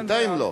בינתיים לא.